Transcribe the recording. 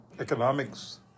economics